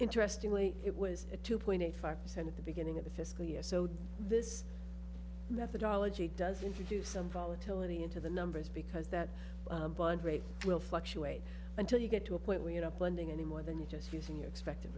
interestingly it was a two point eight five percent at the beginning of the fiscal year so this methodology does introduce some volatility into the numbers because that bond rate will fluctuate until you get to a point where you know blending any more than you just use in your expected